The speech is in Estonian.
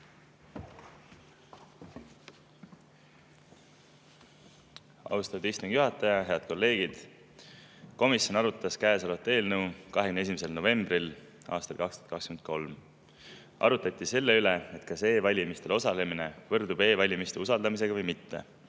Austatud istungi juhataja! Head kolleegid! Komisjon arutas kõnesolevat eelnõu 21. novembril aastal 2023. Arutati selle üle, kas e‑valimistel osalemine võrdub e‑valimiste usaldamisega või mitte